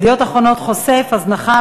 "ידיעות אחרונות" חושף: הזנחה,